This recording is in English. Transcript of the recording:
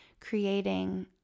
creating